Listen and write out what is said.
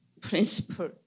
principle